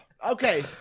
Okay